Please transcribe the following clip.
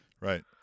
right